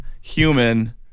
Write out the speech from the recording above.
human